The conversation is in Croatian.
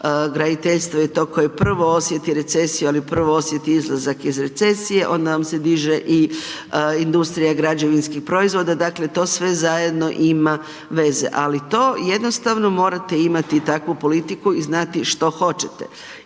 graditeljstvo je to koje prvo osjeti recesiju, ali prvo osjeti i izlazak iz recesije. Onda vam se diže i industrija građevinskih proizvoda, dakle, to sve zajedno ima veze. Ali, to jednostavno morate imati takvu politiku i znati što hoćete.